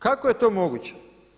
Kako je to moguće?